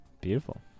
Beautiful